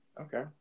Okay